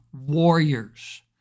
warriors